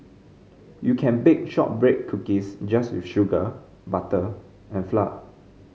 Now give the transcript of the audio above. you can bake shortbread cookies just with sugar butter and flour